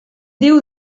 diu